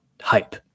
hype